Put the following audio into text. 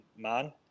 man